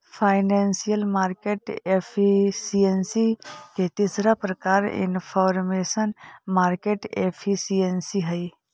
financial market efficiency के तीसरा प्रकार इनफॉरमेशनल मार्केट एफिशिएंसी हइ